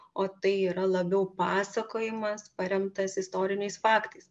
o tai yra labiau pasakojimas paremtas istoriniais faktais